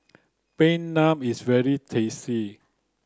plain naan is very tasty